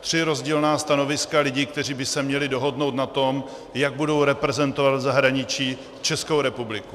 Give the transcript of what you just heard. Tři rozdílná stanoviska lidí, kteří by se měli dohodnout na tom, jak budou reprezentovat v zahraničí Českou republiku.